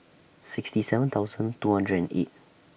sixty seven thousand two hundred and eight